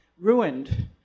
ruined